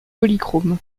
polychrome